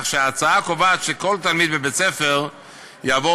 ההצעה קובעת שכל תלמיד בבית-ספר יעבור